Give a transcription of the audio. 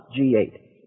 G8